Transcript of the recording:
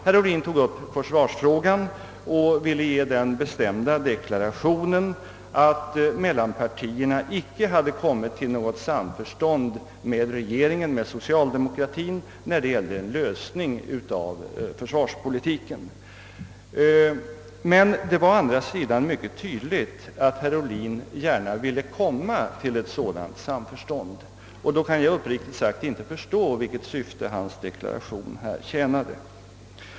Herr Ohlin tog upp försvarsfrågan och ville ge den bestämda deklarationen att mellanpartierna icke hade kommit till något samförstånd med regeringen, med socialdemokratien när det gällde en lösning av försvarspolitiken. Det var å andra sidan mycket tydligt att herr Ohlin gärna ville komma till ett sådant samförstånd, och då kan jag uppriktigt sagt inte förstå vilket syfte hans deklaration här tjänade.